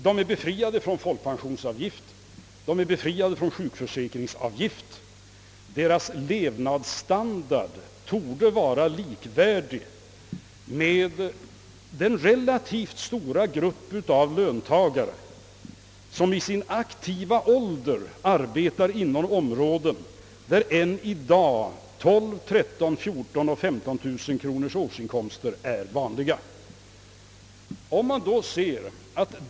De är även befriade från folkpensionsavgift och sjukförsäkringsavgift. Deras levnadsstandard torde vara likvärdig med standarden för den relativt stora grupp av löntagare som i sin aktiva ålder arbetar inom områden där än i dag årsinkomster på 12 000, 13 000, 14 000 och 15000 kronor är vanliga.